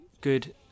Good